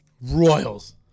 Royals